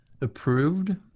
approved